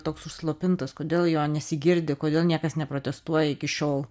toks užslopintas kodėl jo nesigirdi kodėl niekas neprotestuoja iki šiol